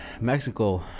mexico